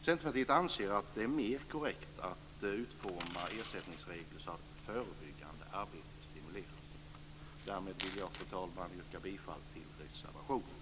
Centerpartiet anser att det är mer korrekt att utforma ersättningsregler så att förebyggande arbete stimuleras. Fru talman! Därmed vill jag yrka bifall till reservationen.